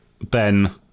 Ben